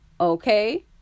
okay